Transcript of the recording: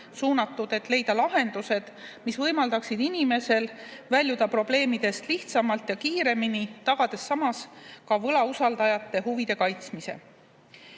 sellele, et leida lahendused, mis võimaldaksid inimesel väljuda probleemidest lihtsamalt ja kiiremini, tagades samas ka võlausaldajate huvide kaitsmise. Füüsilise